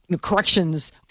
corrections